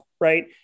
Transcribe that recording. right